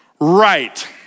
right